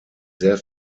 sehr